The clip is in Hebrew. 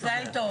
מזל טוב.